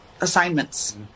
assignments